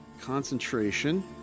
Concentration